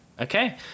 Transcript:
Okay